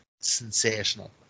sensational